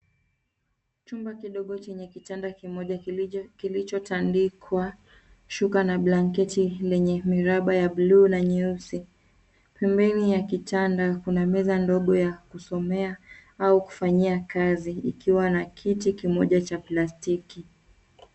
Chumba kidogo chenye kitanda kimoja kilichotandikwa shuka na blanketi lenye miraba ya buluu na nyeusi. Pembeni ya kitanda kuna meza ndogo ya kusomea au kufanyia kazi ikiwa na kiti kimoja cha plastiki.